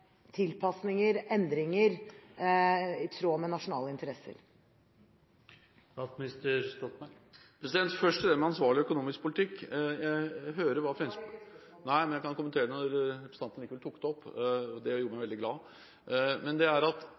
tilpasninger, endringer, i tråd med nasjonale interesser? Først til det med ansvarlig økonomisk politikk. Jeg hører … Det var ikke et spørsmål, president! Nei, men jeg kan kommentere det når representanten likevel tok det opp. Det gjorde meg veldig glad! Problemet er at